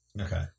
Okay